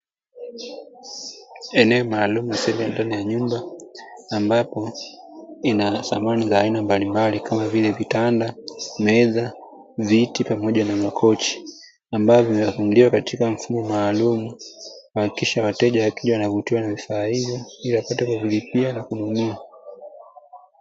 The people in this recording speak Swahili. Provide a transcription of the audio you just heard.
Eneo maalumu sehemu ya ndani ya nyumba mbapo inasamani ya aina mbalimbali kama vile kitanda, meza, viti pamoja na makochi ambavyo vimepangiliwa katika mfumo maalumu kuhakikisha wateja wanavutiwa nia bidhaa iyo ili wapate kuvilipia na kununua.